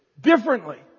differently